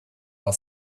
our